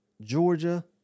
Georgia